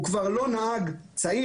הוא כבר לא נהג חדש,